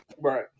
Right